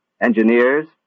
engineers